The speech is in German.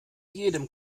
jedem